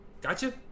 Gotcha